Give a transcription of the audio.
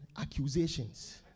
accusations